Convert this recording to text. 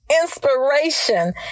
inspiration